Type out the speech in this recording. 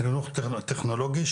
חינוך טכנולוגי,